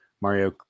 Mario